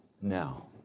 now